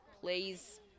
please